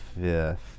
fifth